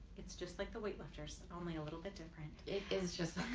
it's just like the weightlifters, only little bit different. it's just